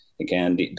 again